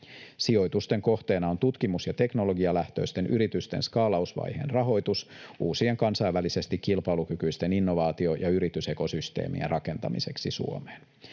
Sijoitusten kohteena on tutkimus- ja teknologialähtöisten yritysten skaalausvaiheen rahoitus uusien kansainvälisesti kilpailukykyisten innovaatio- ja yritysekosysteemien rakentamiseksi Suomeen.